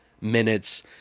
minutes